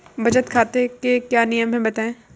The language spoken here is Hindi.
बचत खाते के क्या नियम हैं बताएँ?